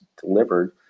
delivered